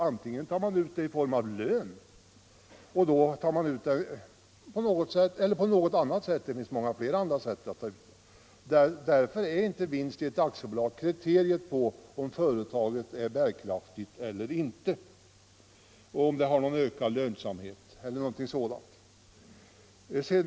Antingen tas pengarna ut i form av lön eller på något annat sätt. Det finns många andra sätt att välja på. Därför är inte vinst i ett aktiebolag kriteriet på om företaget är bärkraftigt, har ökad lönsamhet eller någonting sådant.